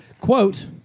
quote